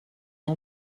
ans